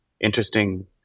Interesting